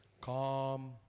Calm